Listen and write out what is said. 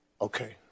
Okay